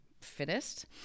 fittest